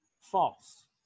False